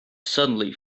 suddenly